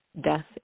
death